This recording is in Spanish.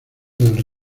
del